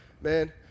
man